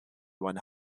one